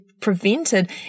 prevented